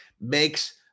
makes